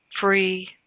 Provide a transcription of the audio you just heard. Free